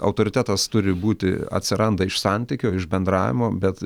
autoritetas turi būti atsiranda iš santykio iš bendravimo bet